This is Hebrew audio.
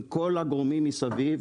עם כל הגורמים מסביב,